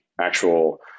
actual